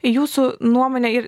jūsų nuomone ir